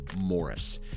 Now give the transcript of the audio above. Morris